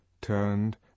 turned